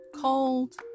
cold